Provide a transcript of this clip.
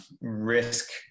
risk